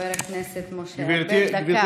חבר הכנסת משה ארבל, דקה.